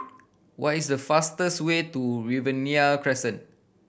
what is the fastest way to Riverina Crescent